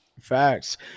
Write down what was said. facts